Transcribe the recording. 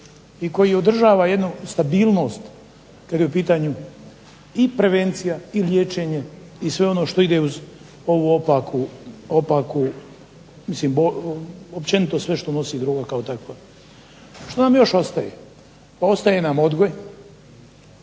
i koji održava jednu stabilnost kad je u pitanju i prevencija i liječenje i sve ono što ide uz ovu opaku, općenito sve što nosi droga kao takva. Što nam još ostaje? Pa ostaje nam odgoj,